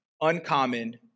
Uncommon